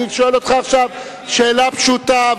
אני שואל אותך עכשיו שאלה פשוטה,